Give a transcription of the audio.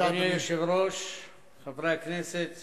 חבר הכנסת